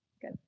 good